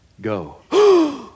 go